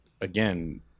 again